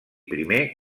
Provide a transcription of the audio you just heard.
primer